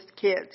kids